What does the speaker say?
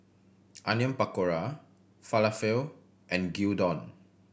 Onion Pakora Falafel and Gyudon